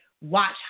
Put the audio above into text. watch